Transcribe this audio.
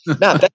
No